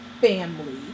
family